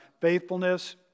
faithfulness